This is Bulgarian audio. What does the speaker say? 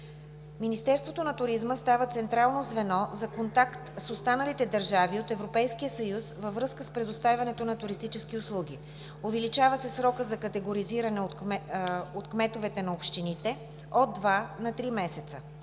Министерството на туризма става централно звено за контакт с останалите държави от Европейския съюз във връзка с предоставянето на туристически услуги. Увеличава се срокът за категоризиране от кметовете на общините – от два на три месеца.